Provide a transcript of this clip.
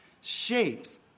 shapes